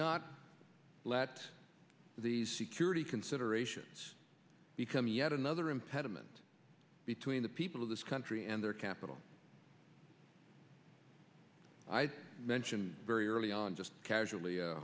not let these security considerations become yet another impediment between the people of this country and their capital i'd mention very early on just casually